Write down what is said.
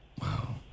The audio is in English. wow